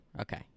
Okay